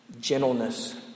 gentleness